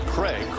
Craig